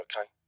okay